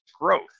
growth